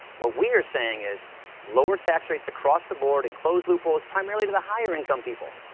what we are saying is lower tax rates across the board and close loopholes, primarily to the higher-income people.